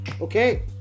okay